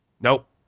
Nope